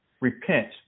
repent